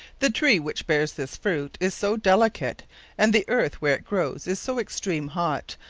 the tree, which beares this fruit, is so delicate and the earth, where it growes, is so extreme hot,